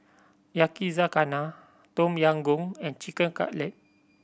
Yakizakana Tom Yam Goong and Chicken Cutlet